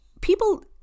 people